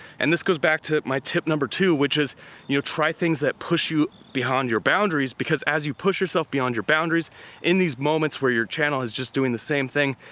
and this goes back to my tip number two which is try things that push you beyond your boundaries because as you push yourself beyond your boundaries in these moments where your channel is just doing the same thing,